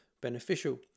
beneficial